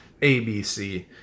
ABC